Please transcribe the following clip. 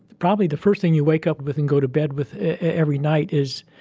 probably the first thing you wake up with and go to bed with every night is,